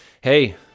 hey